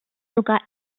sogar